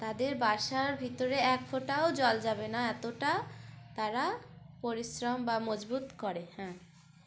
তাদের বাসার ভিতরে এক ফোঁটাও জল যাবে না এতটা তারা পরিশ্রম বা মজবুত করে হ্যাঁ